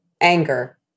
anger